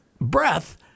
breath